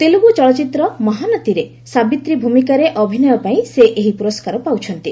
ତେଲୁଗୁ ଚଳଚ୍ଚିତ୍ର 'ମହାନତୀ'ରେ ସାବିତ୍ରୀ ଭୂମିକାରେ ଅଭିନୟ ପାଇଁ ସେ ଏହି ପୁରସ୍କାର ପାଉଛନ୍ତି